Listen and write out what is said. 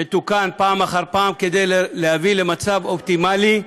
שתוקן פעם אחר פעם כדי להביא למצב אופטימלי,